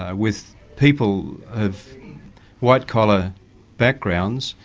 ah with people of white-collar backgrounds,